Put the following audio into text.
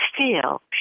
feel